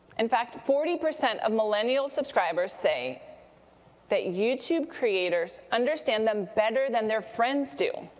in fact, forty percent of millennial subscribers say that youtube creators understand them better than their friends do.